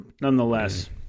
Nonetheless